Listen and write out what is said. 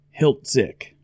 Hiltzik